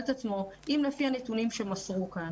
את עצמו היא: אם לפי הנתונים שמסרו כאן